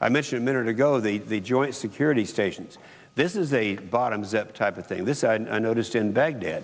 i mentioned minute ago the joint security stations this is a bottoms up type of thing this is noticed in baghdad